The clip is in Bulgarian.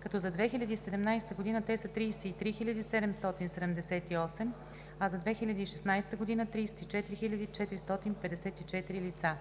като за 2017 г. те са 33 778, а за 2016 г. – 34 454 лица.